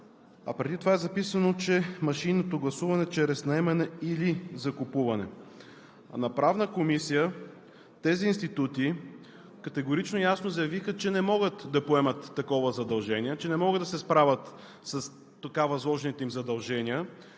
А преди това е записано: „...машинно гласуване чрез наемане или закупуване“. На Правна комисия тези институти категорично и ясно заявиха, че не могат да поемат такова задължение, че не могат да се справят с така възложените им задължения.